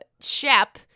Shep